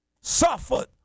suffered